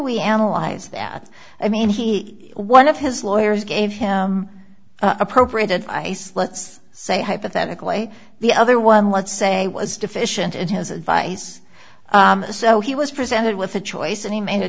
we analyze that i mean he one of his lawyers gave him appropriated ice let's say hypothetically the other one let's say was deficient and has advice so he was pretty ended with a choice and he made a